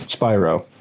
Spyro